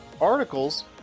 Articles